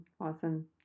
Awesome